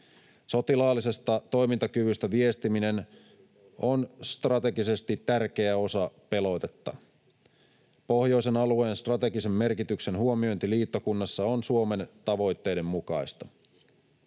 Sotilaallisesta toimintakyvystä viestiminen on strategisesti tärkeä osa pelotetta. Pohjoisen alueen strategisen merkityksen huomiointi liittokunnassa on Suomen tavoitteiden mukaista.